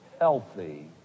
healthy